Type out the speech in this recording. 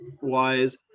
wise